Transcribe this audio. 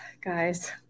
guys